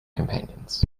companions